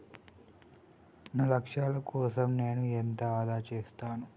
నా లక్ష్యాల కోసం నేను ఎంత ఆదా చేస్తాను?